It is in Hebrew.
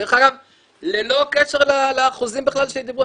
דרך אגב ללא קשר לאחוזים שדיברו,